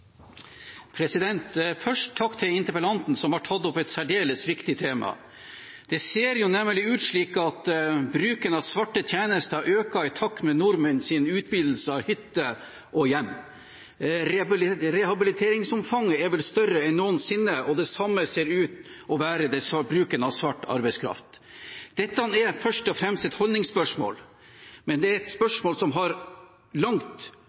Først en takk til interpellanten, som har tatt opp et særdeles viktig tema. Det ser nemlig ut til at bruken av svarte tjenester øker i takt med nordmenns utvidelser av hytter og hjem. Rehabiliteringsomfanget er vel større enn noensinne, og det samme ser bruken av svart arbeidskraft ut til å være. Dette er først og fremst et holdningsspørsmål, men det er et spørsmål som har langt